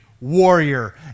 warrior